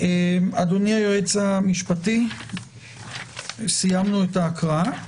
אדוני היועץ המשפטי, סיימנו את ההקראה.